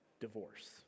divorce